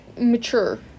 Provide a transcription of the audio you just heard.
mature